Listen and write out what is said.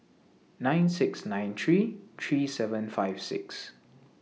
nine six nine three three seven five six